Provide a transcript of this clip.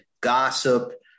gossip